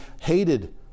hated